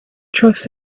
trust